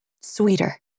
sweeter